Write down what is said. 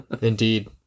indeed